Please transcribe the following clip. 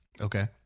Okay